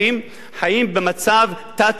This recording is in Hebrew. חיים במצב תת-אנושי,